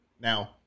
Now